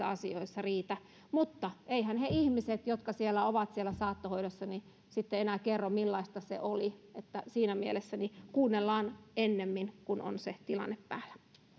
asioissa riitä mutta eiväthän ne ihmiset jotka ovat siellä saattohoidossa sitten enää kerro millaista se oli niin että siinä mielessäni kuunnellaan ennemmin kun on se tilanne päällä